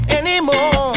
anymore